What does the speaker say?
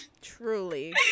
truly